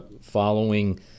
following